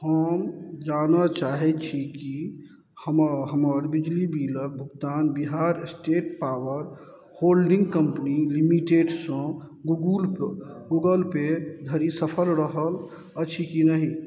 हम जानऽ चाहै छी कि हमर हमर बिजली बिलके भुगतान Bihar estate power holding company लिमिटेडसँ गुगूल कए गूगलपे धरि सफल रहल अछि कि नहि